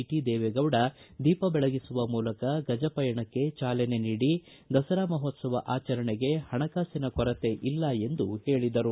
T Deve Gowda ದೀಪ ಬೆಳಗಿಸುವ ಮೂಲಕ ಗಜಪಯಣಕ್ಕೆ ಚಾಲನೆ ನೀಡಿ ದಸರಾ ಮಹೋತ್ಸವ ಆಚರಣೆಗೆ ಹಣಕಾಸಿನ ಕೊರತೆ ಇಲ್ಲ ಎಂದು ಹೇಳಿದರು